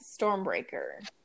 Stormbreaker